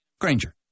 Granger